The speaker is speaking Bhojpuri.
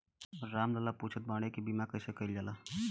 राम लाल पुछत बाड़े की बीमा कैसे कईल जाला?